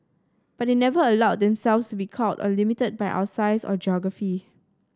but they never allowed themselves to be cowed or limited by our size or geography